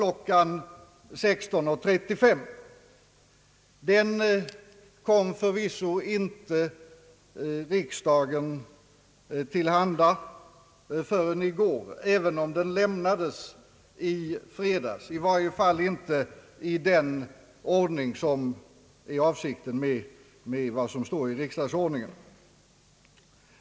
16.35. Den kom sålunda inte riksdagen till handa i riksdagsordningens bemärkelse förrän i går, även om den lämnades i fredags.